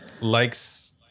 likes